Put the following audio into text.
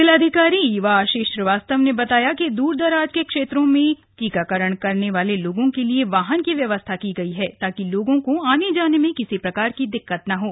जिलाधिकारी ईवा आशीष श्रीवास्तव ने बताया कि दूर दराज के क्षेत्रों में टीकाकरण करने वाले लोगों के लिए वाहन की व्यवस्था की गई है ताकि लोगों को आने जाने में कोई दिक्कत न हों